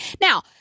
Now